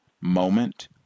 moment